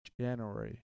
January